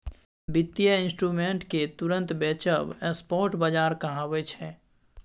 बित्तीय इंस्ट्रूमेंट केँ तुरंत बेचब स्पॉट बजार कहाबै छै